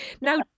Now